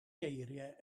geiriau